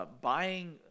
buying